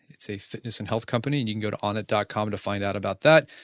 it's a fitness and health company, and you can go to onnit dot com to find out about that.